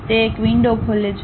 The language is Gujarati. તે એક વિંડો ખોલે છે